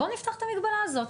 בוא נפתח את המגבלה הזאת.